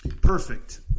Perfect